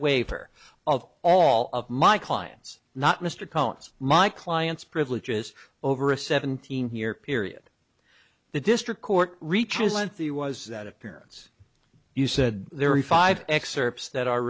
waiver of all of my clients not mr cohen's my client's privileges over a seventeen year period the district court reaches lengthy was that appearance you said there are five excerpts that are